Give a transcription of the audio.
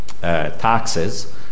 taxes